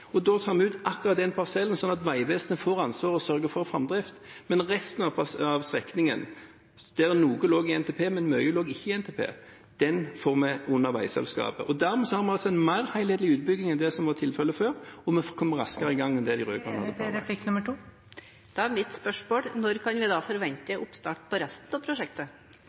og da tar vi ut akkurat den parsellen, sånn at Vegvesenet får ansvaret og sørger for framdrift, men resten av strekningen, der noe lå i NTP, men mye ikke lå i NTP, får vi under veiselskapet. Dermed har vi altså en mer helhetlig utbygging enn det som var tilfellet før, og vi får komme raskere i gang enn det de rød-grønne gjorde. Da er mitt spørsmål: Når kan vi forvente oppstart av resten av prosjektet?